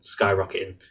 skyrocketing